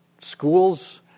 schools